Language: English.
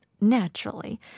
naturally